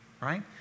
right